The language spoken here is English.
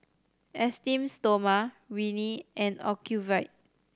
Esteem Stoma Rene and Ocuvite